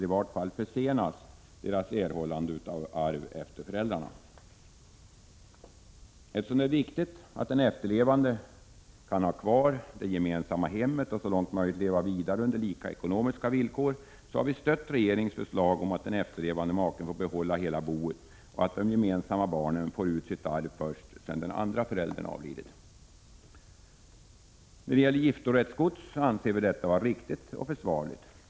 I varje fall försenas deras erhållande av arv efter föräldrarna. Eftersom det är viktigt att den efterlevande kan ha kvar det gemensamma hemmet och så långt möjligt leva vidare under samma ekonomiska villkor, har vi stött regeringens förslag om att den efterlevande maken får behålla hela boet och att de gemensamma barnen får ut arv först sedan även den andra föräldern avlidit. När det gäller giftorättsgods anser vi detta vara riktigt och försvarligt.